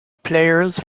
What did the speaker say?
players